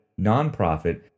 nonprofit